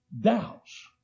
doubts